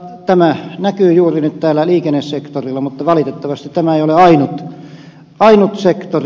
tämä näkyy juuri nyt täällä liikennesektorilla mutta valitettavasti tämä ei ole ainut sektori